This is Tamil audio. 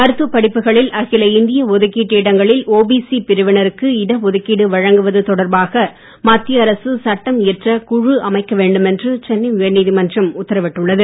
மருத்துவ படிப்புகளில் அகில இந்திய ஒதுக்கீட்டு இடங்களில் ஓபிசி பிரிவினருக்கு இடஒதுக்கீடு வழங்குவது தொடர்பாக மத்திய அரசு சட்டம் இயற்ற குழு அமைக்க வேண்டும் என்று சென்னை உயர்நீதி மன்றம் உத்தரவிட்டுள்ளது